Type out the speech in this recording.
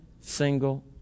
single